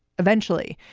eventually,